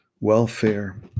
welfare